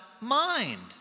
mind